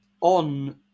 on